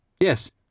yes